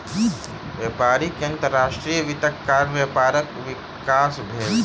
व्यापारी के अंतर्राष्ट्रीय वित्तक कारण व्यापारक विकास भेल